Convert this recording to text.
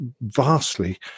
vastly